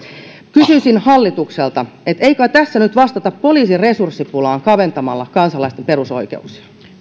kysyisin hallitukselta ei kai tässä nyt vastata poliisin resurssipulaan kaventamalla kansalaisten perusoikeuksia